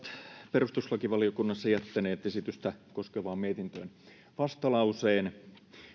perustuslakivaliokunnassa jättäneet esitystä koskevaan mietintöön vastalauseen